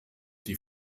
die